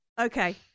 okay